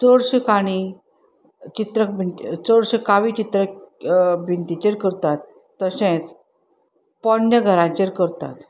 चडश्यो काणी चित्र बी चडश्यो कावी चित्र भिंतीचेर करतात तशेंच पोरण्या घरांचेर करतात